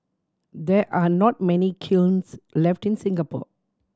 there are not many kilns left in Singapore